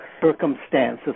circumstances